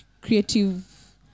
creative